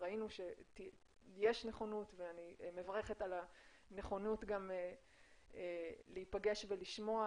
ראינו שיש נכונות ואני מברכת על הנכונות להיפגש ולשמוע,